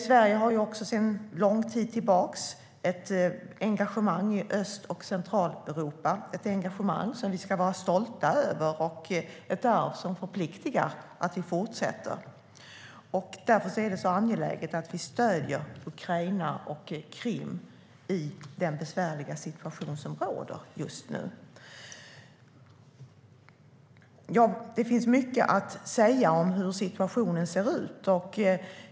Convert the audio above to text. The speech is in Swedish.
Sverige har också sedan lång tid tillbaka ett engagemang i Öst och Centraleuropa, ett engagemang som vi ska vara stolta över och ett arv som förpliktar oss att fortsätta. Därför är det angeläget att vi stöder Ukraina och Krim i den besvärliga situation som råder just nu. Det finns mycket att säga om hur situationen ser ut.